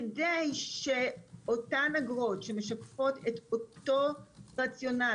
כדי שאותן אגרות שמשקפות את אותו רציונל,